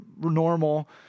normal